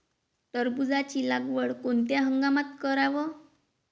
टरबूजाची लागवड कोनत्या हंगामात कराव?